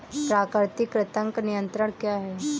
प्राकृतिक कृंतक नियंत्रण क्या है?